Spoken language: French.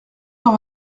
cent